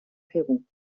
peru